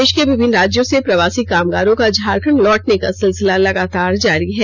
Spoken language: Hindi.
देष के विभिन्न राज्यों से प्रवासी कामगारों का झारखंड लौटने का सिलसिला लगातार जारी है